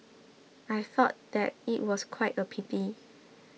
I thought that it was quite a pity